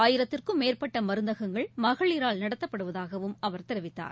ஆயிரத்திற்கும் மேற்பட்ட மருந்தகங்கள் மகளிரால் நடத்தப்படுவதாகவும் அவர் தெரிவித்தார்